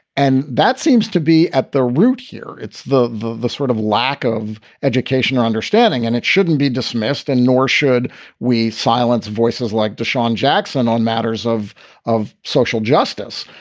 and that seems to be at the root here. it's the the sort of lack of education or understanding, and it shouldn't be dismissed. and nor should we silence voices like deshawn jackson on matters of of social justice.